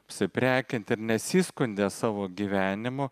apsiprekint ir nesiskundė savo gyvenimu